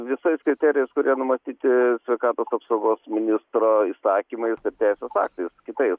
visais kriterijais kurie numatyti sveikatos apsaugos ministro įsakymais ir teisės aktais kitais